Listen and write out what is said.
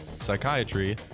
psychiatry